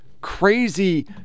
crazy